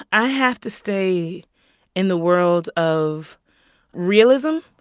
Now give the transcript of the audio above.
i have to stay in the world of realism.